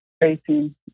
facing